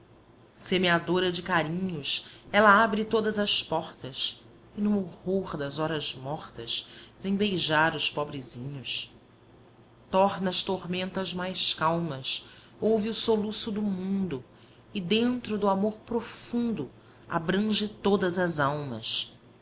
semeadora de carinhos ela abre todas as portas e no horror das horas mortas vem beijar os pobrezinhos torna as tormentas mais calmas ouve o soluço do mundo e dentro do amor profundo abrange todas as almas